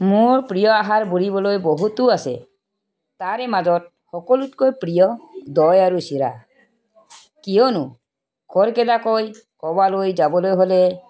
মোৰ প্ৰিয় আহাৰ বুলিবলৈ বহুতো আছে তাৰে মাজত সকলোতকৈ প্ৰিয় দৈ আৰু চিৰা কিয়নো খৰখেদাকৈ ক'ৰবালৈ যাবলৈ হ'লে